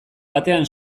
batean